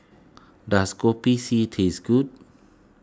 does Kopi C taste good